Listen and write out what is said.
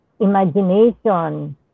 imagination